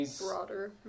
broader